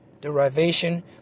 Derivation